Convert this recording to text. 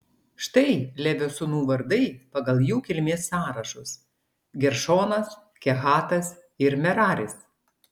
štai levio sūnų vardai pagal jų kilmės sąrašus geršonas kehatas ir meraris